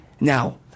Now